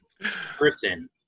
person